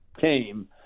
came